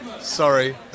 sorry